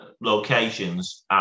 locations